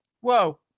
Whoa